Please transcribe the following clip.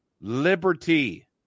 liberty